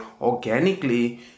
organically